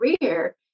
career